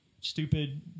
stupid